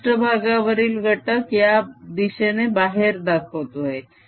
हा पृष्ट्भागावरील घटक या दिशेने बाहेर दाखवतो आहे